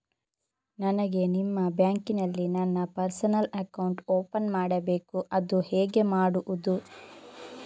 ನನಗೆ ನಿಮ್ಮ ಬ್ಯಾಂಕಿನಲ್ಲಿ ನನ್ನ ಪರ್ಸನಲ್ ಅಕೌಂಟ್ ಓಪನ್ ಮಾಡಬೇಕು ಅದು ಹೇಗೆ ಮಾಡುವುದು?